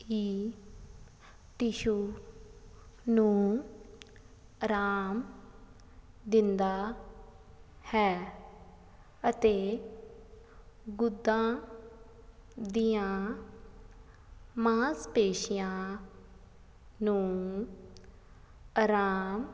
ਇਹ ਟਿਸ਼ੂ ਨੂੰ ਆਰਾਮ ਦਿੰਦਾ ਹੈ ਅਤੇ ਗੁਦਾ ਦੀਆਂ ਮਾਸਪੇਸ਼ੀਆਂ ਨੂੰ ਆਰਾਮ